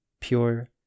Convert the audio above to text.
pure